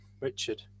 Richard